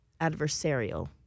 adversarial